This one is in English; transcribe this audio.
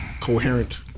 coherent